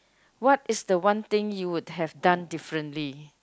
what is the one thing you would have done differently